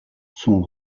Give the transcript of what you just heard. sont